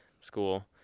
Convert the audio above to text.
School